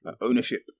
Ownership